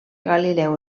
galileu